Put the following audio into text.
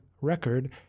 record